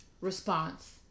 response